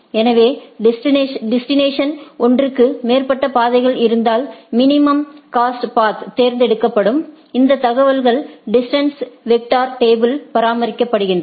எனவே டெஸ்டினேஷன்க்கு ஒன்றுக்கு மேற்பட்ட பாதைகள் இருந்தால் மினிமம் காஸ்ட் பாத் தேர்ந்து எடுக்கப்படும் இந்த தகவல்கள் டிஸ்டன்ஸ் வெக்டர் டேபிளில் பராமரிக்கப்படுகின்றன